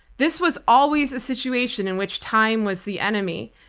this was always a situation in which time was the enemy.